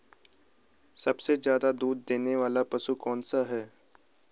सबसे ज़्यादा दूध देने वाला पशु कौन सा है?